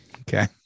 Okay